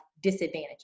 disadvantages